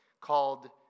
called